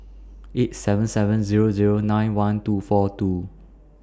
eight seven seven Zero Zero nine one two four two